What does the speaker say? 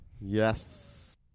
Yes